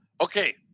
Okay